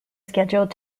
scheduled